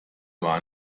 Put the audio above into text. war